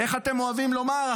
איך אתם אוהבים לומר?